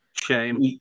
Shame